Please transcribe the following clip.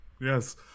Yes